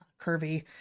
curvy